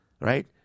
right